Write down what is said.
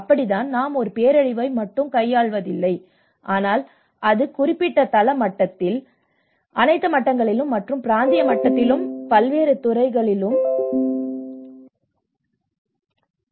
அப்படித்தான் நாம் ஒரு பேரழிவை மட்டும் கையாள்வதில்லை ஆனால் அது குறிப்பிட்ட தள மட்டத்தில் அனைத்து மட்டங்களிலும் மற்றும் பிராந்திய மட்டத்திலும் பல்வேறு துறைகளிலும் வளர்ச்சியில் பேரழிவு அபாயத்தின் பல ஆபத்து மேலாண்மைடன் செல்ல வேண்டும்